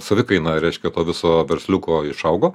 savikaina reiškia to viso versliuko išaugo